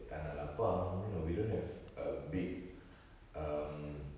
tanah lapang you know we don't have a big um